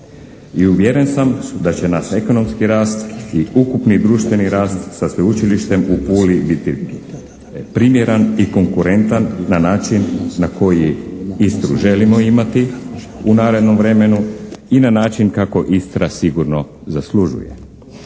I uvjeren sam da će nas ekonomski rast i ukupni društveni rast sa Sveučilištem u Puli biti primjeran i konkurentan na način na koji Istru želimo imati u narednom vremenu i na način kako Istra sigurno zaslužuje.